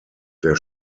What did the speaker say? der